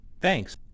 Thanks